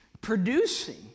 producing